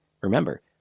Remember